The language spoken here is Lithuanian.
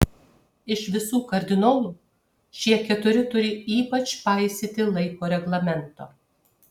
iš visų kardinolų šie keturi turi ypač paisyti laiko reglamento